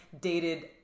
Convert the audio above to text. dated